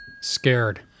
Scared